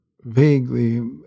vaguely